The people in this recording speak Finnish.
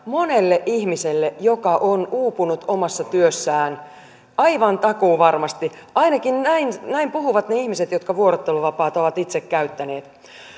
monelle ihmiselle joka on uupunut omassa työssään aivan takuuvarmasti ainakin näin näin puhuvat ne ihmiset jotka vuorotteluvapaata ovat itse käyttäneet